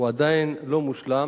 הוא עדיין לא מושלם.